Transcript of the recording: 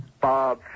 Bob